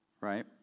right